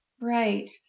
Right